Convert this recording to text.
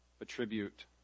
attribute